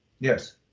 Yes